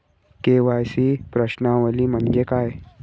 KYC प्रश्नावली म्हणजे काय?